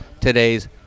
today's